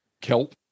kelp